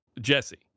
Jesse